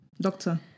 doctor